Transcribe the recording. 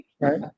right